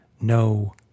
no